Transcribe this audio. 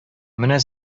менә